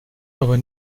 aber